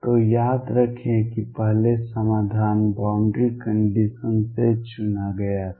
तो याद रखें कि पहले समाधान बाउंड्री कंडीशन से चुना गया था